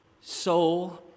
soul